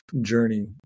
journey